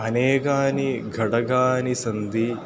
अनेकानि घटकानि सन्ति